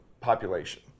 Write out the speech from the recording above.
population